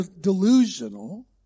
delusional